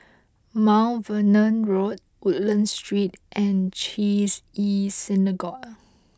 Mount Vernon Road Woodlands Street and Chesed El Synagogue